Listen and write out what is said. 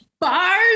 Bars